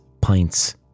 pints